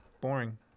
boring